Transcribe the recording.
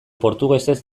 portugesez